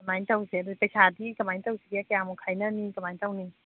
ꯑꯗꯨꯃꯥꯏꯅ ꯇꯧꯁꯦ ꯑꯗꯨ ꯄꯩꯁꯥꯗꯤ ꯀꯃꯥꯏꯅ ꯇꯧꯁꯤꯒꯦ ꯀꯌꯥꯃꯨꯛ ꯈꯥꯏꯅꯅꯤ ꯀꯃꯥꯏꯅ ꯇꯧꯅꯤ